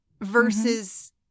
versus